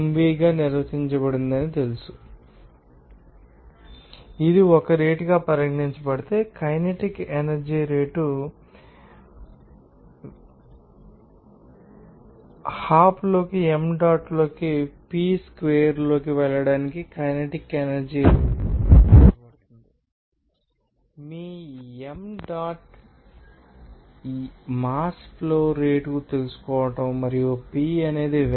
గా నిర్వచించబడిందని మీకు తెలుసు ఇది ఒక రేటుగా పరిగణించబడితేకైనెటిక్ ఎనర్జీ రేటు మీకు తెలుసని మీరు చెప్పగలరని మీరు చెప్పగలరు హాప్లోకి m డాట్లోకి పి స్క్వేర్లోకి వెళ్లడానికికైనెటిక్ ఎనర్జీ రేటుగా మీరు నిర్వచించబడతారు మీ m డాట్ మీరు మాస్ ఫ్లో రేటు తెలుసుకోండి మరియు p అనేది వేగం